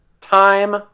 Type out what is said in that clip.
Time